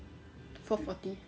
four forty